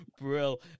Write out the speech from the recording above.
Brill